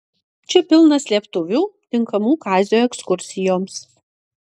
čia pilna slėptuvių tinkamų kazio ekskursijoms